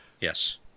Yes